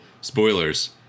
spoilers